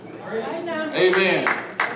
Amen